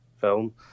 film